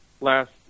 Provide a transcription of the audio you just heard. last